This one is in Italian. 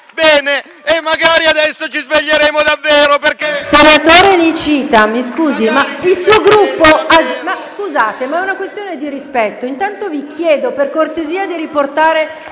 E magari adesso ci sveglieremo davvero perché…